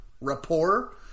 rapport